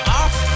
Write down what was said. off